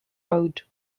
road